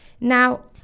Now